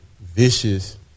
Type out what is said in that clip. vicious